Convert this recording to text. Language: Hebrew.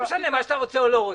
לא משנה מה שאתה רוצה או לא רוצה.